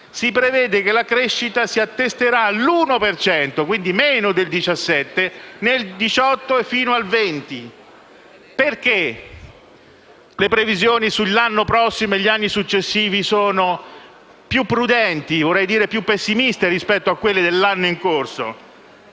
si prevede che la crescita si attesterà all'uno per cento, quindi meno del 2017, nel 2018 e fino al 2020. Perché le previsioni sull'anno prossimo e i successivi sono più prudenti - e vorrei dire più pessimiste - rispetto a quelle dell'anno in corso?